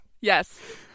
yes